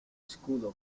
escudo